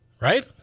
right